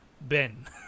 Ben